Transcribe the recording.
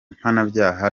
mpanabyaha